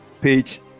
page